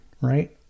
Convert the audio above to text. right